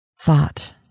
thought